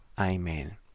Amen